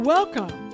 Welcome